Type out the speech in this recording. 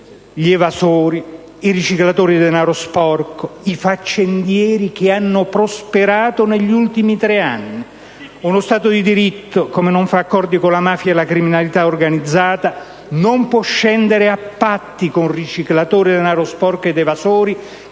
gli evasori, i riciclatori di denaro sporco e i faccendieri che hanno prosperato negli ultimi tre anni. Uno Stato di diritto, come non fa accordi con la mafia e la criminalità organizzata, non può scendere a patti con riciclatori di denaro sporco ed evasori